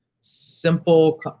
simple